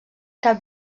cap